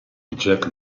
jake